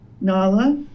Nala